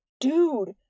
Dude